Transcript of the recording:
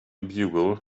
bugle